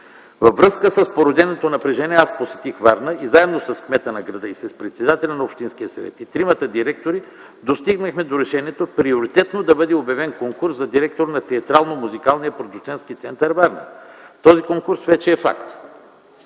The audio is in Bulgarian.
Във връзка с породеното напрежение аз посетих Варна и заедно с кмета на града, с председателя на Общинския съвет и тримата директори достигнахме до решението приоритетно да бъде обявен конкурс за директор на Театрално-музикалния продуцентски център – Варна. Този конкурс вече е факт.